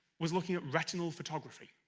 was looking at retinal photography,